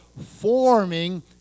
forming